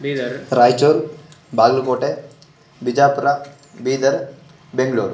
Bidar Raichur Bagalkote Bijapur Bidar Bengaluru